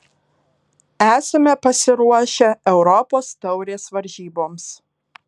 esame pasiruošę europos taurės varžyboms